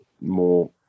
more